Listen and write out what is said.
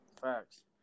Facts